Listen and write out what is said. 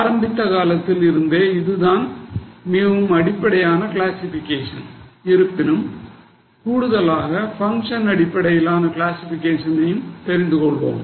ஆரம்பித்த காலத்தில் இருந்தே இதுதான் மிகவும் அடிப்படையான கிளாசிஃபிகேஷன் இருப்பினும் கூடுதலாக பங்க்ஷன்ஸ் அடிப்படையிலான கிளாசிஃபிகேஷனையம் தெரிந்து கொள்வோம்